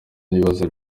ibibazo